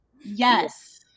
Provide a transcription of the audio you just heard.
Yes